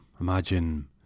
imagine